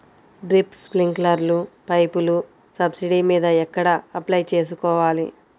Drip, స్ప్రింకర్లు పైపులు subsidy మీద ఎక్కడ అప్లై చేసుకోవాలి?